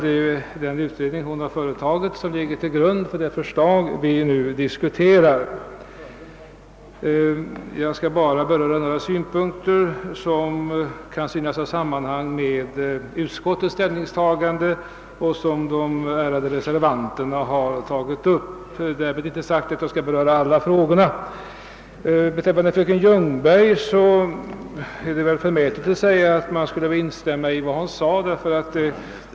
Det är ju den utredning hon företagit som ligger till grund för det vi nu diskuterar. Jag skall bara anföra några synpunkter som kan ha sammanhang med utskottets ställningstagande och de frågor som de ärade reservanterna har tagit upp, därmed inte sagt att jag skall behandla alla dessa frågor. Det är kanske förmätet att instämma i vad fröken Ljungberg sade.